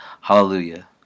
hallelujah